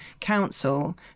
council